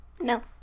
No